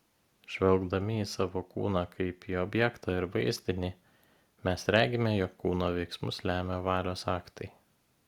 žvelgdami į savo kūną kaip į objektą ir vaizdinį mes regime jog kūno veiksmus lemia valios aktai